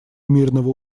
мирного